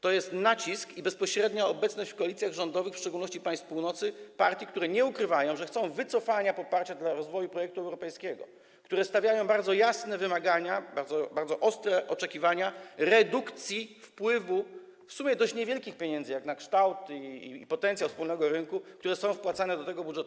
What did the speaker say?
To jest nacisk i bezpośrednia obecność w koalicjach rządowych, w szczególności państw Północy, partii, które nie ukrywają, że chcą wycofania poparcia dla rozwoju projektu europejskiego, które stawiają bardzo jasne wymagania, mają bardzo ostre oczekiwania redukcji wpływu w sumie dość niewielkich pieniędzy, jak na kształt i potencjał wspólnego rynku, które są wpłacane do tego budżetu.